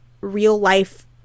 real-life